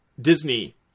Disney